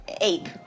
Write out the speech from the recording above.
ape